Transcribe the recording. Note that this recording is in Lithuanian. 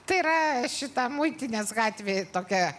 tai yra šita muitinės gatvėj tokia